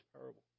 parable